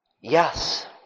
yes